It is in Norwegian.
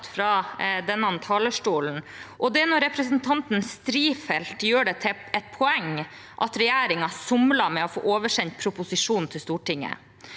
fra denne talerstolen, og det er når representanten Strifeldt gjør det til et poeng at regjeringen somlet med å få oversendt proposisjonen til Stortinget.